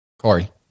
Corey